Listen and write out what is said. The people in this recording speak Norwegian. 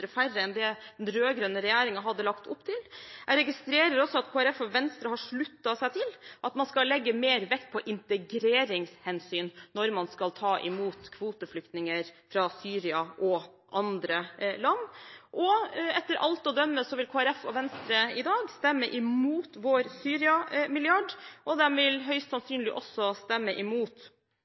færre enn det den rød-grønne regjeringen hadde lagt opp til. Jeg registrerer også at Kristelig Folkeparti og Venstre har sluttet seg til at man skal legge mer vekt på integreringshensyn når man skal ta imot kvoteflyktninger fra Syria og andre land. Etter alt å dømme vil Kristelig Folkeparti og Venstre i dag stemme imot vår Syria-milliard. De vil høyst sannsynlig også stemme imot